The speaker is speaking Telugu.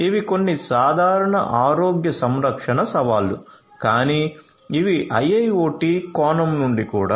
ఇవి కొన్ని సాధారణ ఆరోగ్య సంరక్షణ సవాళ్లు కానీ ఇవి IIoT కోణం నుండి కూడా